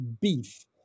beef